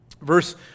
verse